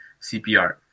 CPR